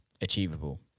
achievable